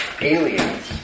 aliens